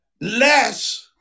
less